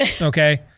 okay